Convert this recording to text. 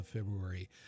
February